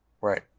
Right